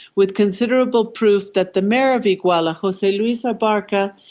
with considerable proof, that the mayor of iguala, jose luis ah abarca,